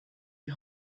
die